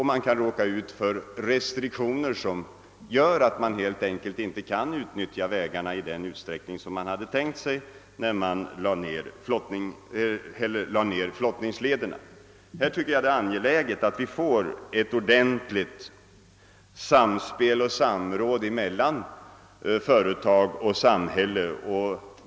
Man kan råka ut för restriktioner som gör att man helt enkelt inte kan utnyttja vägarna i den utsträckning som man hade tänkt sig när man lade ner flottningslederna. Det är angeläget att vi får ett ordentligt samspel och samråd mellan företag och samhälle.